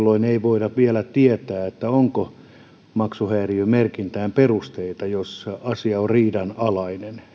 kesken ei voida vielä tietää onko maksuhäiriömerkintään perusteita jos asia on riidanalainen